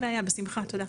אין בעיה, בשמחה, תודה.